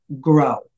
grow